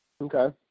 Okay